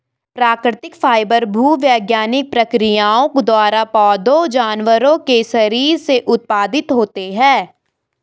प्राकृतिक फाइबर भूवैज्ञानिक प्रक्रियाओं द्वारा पौधों जानवरों के शरीर से उत्पादित होते हैं